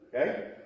Okay